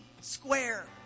square